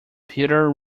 peter